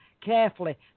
carefully